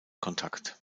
kontakt